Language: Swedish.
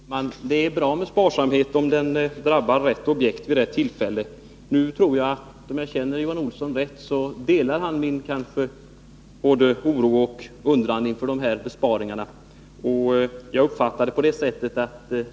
Herr talman! Det är bra med sparsamhet, om den drabbar rätt objekt vid rätt tillfälle. Om jag känner Johan Olsson rätt tror jag att han delar min oro och undran inför de här besparingarna.